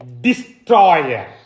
destroyer